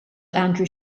andrew